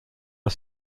are